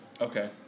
Okay